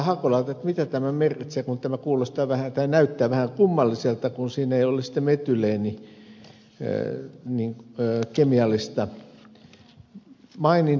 hakolalta mitä tämä merkitsee kun tämä näyttää vähän kummalliselta kun siinä kemiallisessa nimessä ei ole siitä metyleenistä mainintaakaan